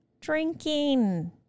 Drinking